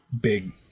big